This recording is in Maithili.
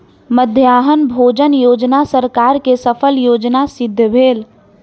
मध्याह्न भोजन योजना सरकार के सफल योजना सिद्ध भेल